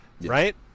right